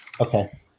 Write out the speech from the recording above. Okay